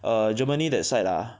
err Germany that side ah